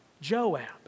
Joab